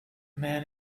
man